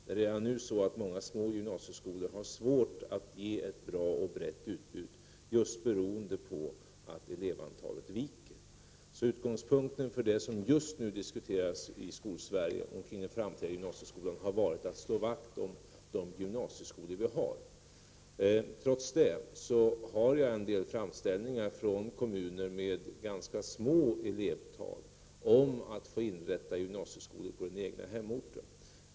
Det är redan nu så att många små gymnasieskolor har svårt att ge ett bra och brett utbud just beroende på att elevantalet viker. Utgångspunkten för det som just nu diskuteras i Skolsverige omkring den framtida gymnasieskolan har varit att slå vakt om de gymnasieskolor vi har. Trots det har jag en del framställningar från kommuner med ganska små elevtal om att få inrätta gymnasieskolor på den egna hemorten.